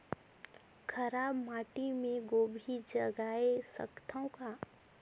खराब माटी मे गोभी जगाय सकथव का?